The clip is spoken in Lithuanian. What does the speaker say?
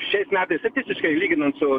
šiais metais statistiškai lyginant su